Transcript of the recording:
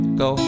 go